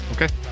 Okay